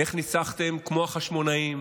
איך ניצחתם כמו החשמונאים,